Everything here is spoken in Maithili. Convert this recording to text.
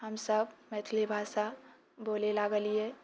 हमसभ मैथिली भाषा बोलै लागलियै